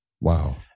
Wow